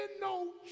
no